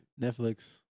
Netflix